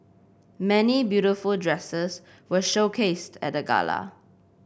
many beautiful dresses were showcased at the gala